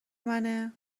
منه